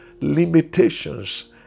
limitations